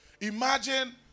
Imagine